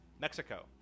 Mexico